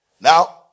Now